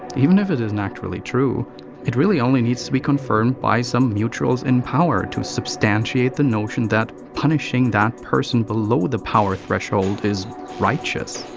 even if it isn't actually true it really only needs to be confirmed by some mutuals in power to substantiate the notion that punishing that person below the power threshold is righteous.